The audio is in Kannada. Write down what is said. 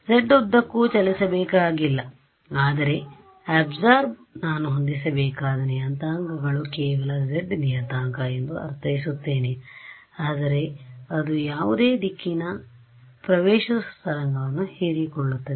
ಇದು z ಉದ್ದಕ್ಕೂ ಚಲಿಸಬೇಕಾಗಿಲ್ಲ ಆದರೆ ಅಬ್ಸಾರ್ಬ್ ನಾನು ಹೊಂದಿಸಬೇಕಾದ ನಿಯತಾಂಕಗಳನ್ನು ಕೇವಲ z ನಿಯತಾಂಕ ಎಂದು ಅರ್ಥೈಸುತ್ತೇನೆ ಆದರೆ ಅದು ಯಾವುದೇ ದಿಕ್ಕಿನ ಪ್ರವೇಶಿಸುವ ತರಂಗವನ್ನು ಹೀರಿಕೊಳ್ಳುತ್ತದೆ